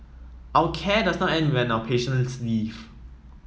our care does not end when our patients leave